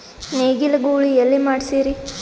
ನೇಗಿಲ ಗೂಳಿ ಎಲ್ಲಿ ಮಾಡಸೀರಿ?